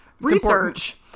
research